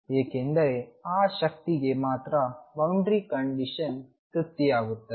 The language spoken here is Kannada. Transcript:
ಏಕೆಂದರೆ ಆ ಶಕ್ತಿಗೆ ಮಾತ್ರ ಬೌಂಡರಿ ಕಂಡೀಶನ್ ತೃಪ್ತಿಯಾಗುತ್ತದೆ